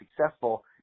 successful